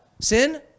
Sin